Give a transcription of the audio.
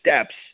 steps